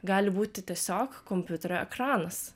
gali būti tiesiog kompiuterio ekranas